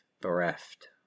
bereft